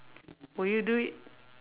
would you do it